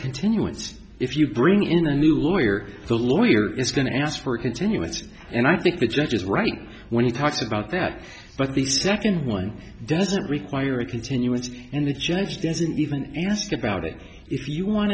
continuance if you bring in a new lawyer the lawyer is going to ask for a continuance and i think the judge is right when he talks about that but the second one doesn't require a continuance and the judge doesn't even ask about it if you want